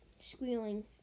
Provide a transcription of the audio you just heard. squealing